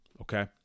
okay